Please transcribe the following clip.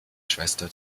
schwester